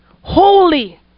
holy